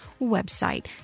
website